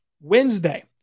Wednesday